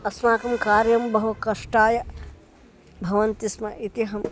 अस्माकं कार्यं बहु कष्टाय भवति स्म इति अहं